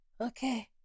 Okay